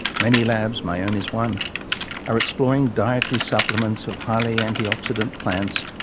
many labs my own is one are exploring dietary supplements of highly anti-oxidant plants,